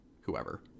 whoever